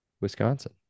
Wisconsin